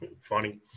funny